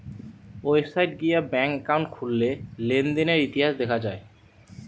website গিয়ে bank account খুললে লেনদেনের ইতিহাস দেখা যায়